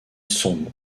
sombre